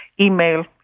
email